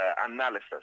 analysis